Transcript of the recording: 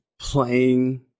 playing